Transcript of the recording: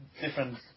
different